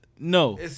No